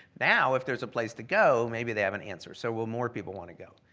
now if there's a place to go maybe they have an answer so will more people want to go?